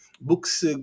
books